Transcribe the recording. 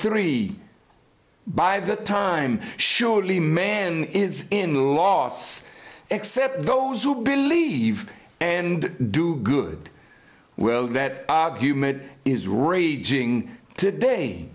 three by the time surely man is in los except those who believe and do good well that argument is raging today